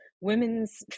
women's